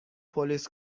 پلیس